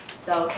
so,